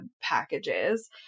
packages